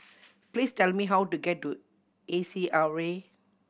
please tell me how to get to A C R A